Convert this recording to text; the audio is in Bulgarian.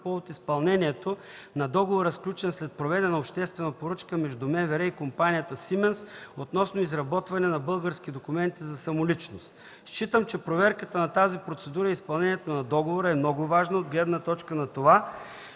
повод изпълнението на договора, сключен след проведена обществена поръчка между МВР и компанията „Сименс” относно изработване на български документи за самоличност. Считам, че проверката на тази процедура и изпълнението на договора е много важно от гледна точка на това,